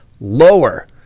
lower